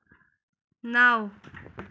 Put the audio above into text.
نو